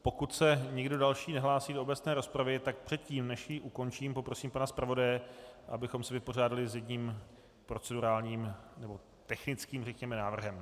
Pokud se nikdo další nehlásí do obecné rozpravy, tak předtím, než ji ukončím, poprosím pana zpravodaje, abychom se vypořádali s jedním procedurálním nebo technickým návrhem.